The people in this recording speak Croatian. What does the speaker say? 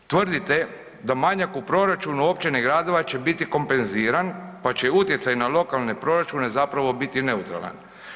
Tvrdite da manjak u proračunu općina i gradova će biti kompenziran, pa će utjecaj na lokalne proračune zapravo biti neutralan.